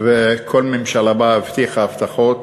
וכל ממשלה באה והבטיחה הבטחות,